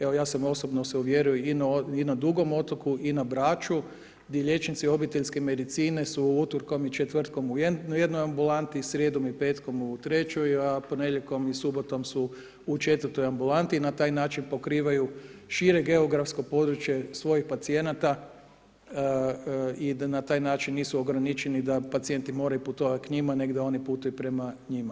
Evo, ja sam osobno se uvjerio i na Dugom otoku i na Braču gdje liječnici obiteljske medicine su utorkom i četvrtkom u jednoj ambulanti, srijedom i petkom u trećoj, a ponedjeljkom i subotom su u četvrtoj ambulanti i na taj način pokrivaju šire geografsko područje svojih pacijenata i da na taj način nisu ograničeni da pacijenti moraju putovati k njima, nego da oni putuju prema njima.